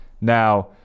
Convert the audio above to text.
Now